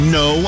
no